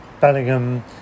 Bellingham